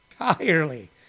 entirely